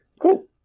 Cool